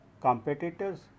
competitors